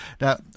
Now